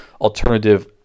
alternative